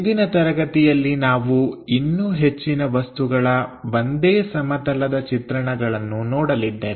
ಇಂದಿನ ತರಗತಿಯಲ್ಲಿ ನಾವು ಇನ್ನೂ ಹೆಚ್ಚಿನ ವಸ್ತುಗಳ ಒಂದೇ ಸಮತಲದ ಚಿತ್ರಣಗಳನ್ನು ನೋಡಲಿದ್ದೇವೆ